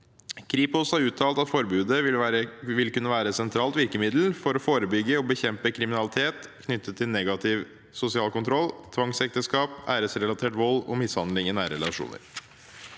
Kripos har uttalt at forbudet vil kunne være et sentralt virkemiddel for å forebygge og bekjempe kriminalitet knyttet til negativ sosial kontroll, tvangsekteskap, æresrelatert vold og mishandling i nære relasjoner.